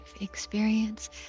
experience